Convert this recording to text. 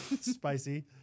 Spicy